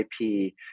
ip